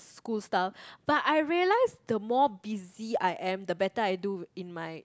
school stuff but I realise the more busy I am the better I do in my